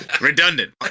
Redundant